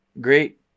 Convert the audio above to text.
great